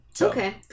Okay